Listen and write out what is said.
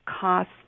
cost